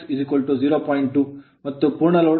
2 ಮತ್ತು ಪೂರ್ಣ load load slip slip 0